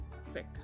sick